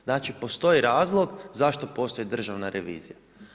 Znači postoji razlog zašto postoji Državna revizija.